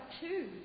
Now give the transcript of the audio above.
two